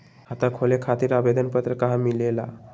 खाता खोले खातीर आवेदन पत्र कहा मिलेला?